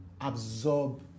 absorb